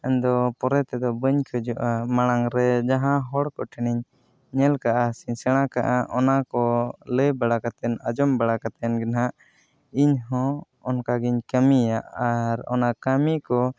ᱟᱫᱚ ᱯᱚᱨᱮ ᱛᱮᱫᱚ ᱵᱟᱹᱧ ᱠᱷᱚᱡᱚᱜᱼᱟ ᱢᱟᱲᱟᱝᱨᱮ ᱡᱟᱦᱟᱸ ᱦᱚᱲ ᱠᱚᱴᱷᱮᱱᱤᱧ ᱧᱮᱞ ᱠᱟᱜᱼᱟ ᱥᱮᱧ ᱥᱮᱬᱟ ᱠᱟᱜᱼᱟ ᱚᱱᱟ ᱠᱚ ᱞᱟᱹᱭ ᱵᱟᱲᱟ ᱠᱟᱛᱮ ᱟᱸᱡᱚᱢ ᱵᱟᱲᱟ ᱠᱟᱛᱮ ᱜᱮ ᱱᱟᱜ ᱤᱧᱦᱚᱸ ᱚᱱᱠᱟᱜᱮᱧ ᱠᱟᱹᱢᱤᱭᱟ ᱟᱨ ᱚᱱᱟ ᱠᱟᱹᱢᱤ ᱠᱚ